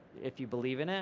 if you believe in it.